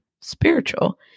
spiritual